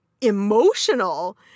emotional